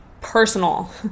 personal